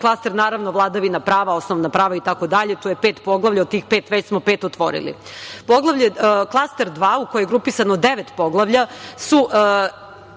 klaster je vladavina prava, osnovna prava i tako dalje. Tu je pet poglavlja. Od tih pet, već smo pet otvorili. Klaster 2 u koji je grupisano devet poglavlja su